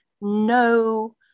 no